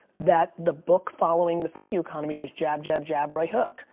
that the book following the thank you economy was jab, jab, jab, right hook.